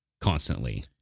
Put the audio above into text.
constantly